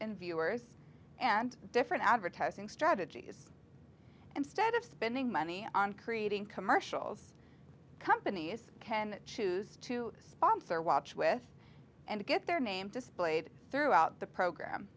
in viewers and different advertising strategies instead of spending money on creating commercials companies can choose to sponsor watch with and get their name displayed throughout the program